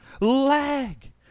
lag